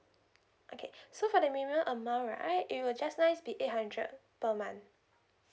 okay so for the minimum amount right it will just nice be eight hundred per month